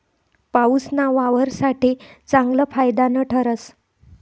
पाऊसना वावर साठे चांगलं फायदानं ठरस